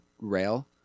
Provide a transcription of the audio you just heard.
rail